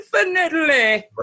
infinitely